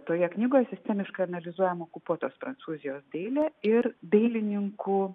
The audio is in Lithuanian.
toje knygoje sistemiškai analizuojama okupuotos prancūzijos dailė ir dailininkų